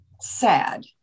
sad